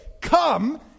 come